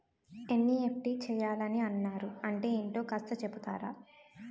NEFT చేయాలని అన్నారు అంటే ఏంటో కాస్త చెపుతారా?